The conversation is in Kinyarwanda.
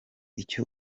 icyo